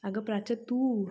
अगं प्राच्या तू